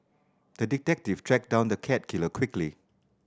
the detective tracked down the cat killer quickly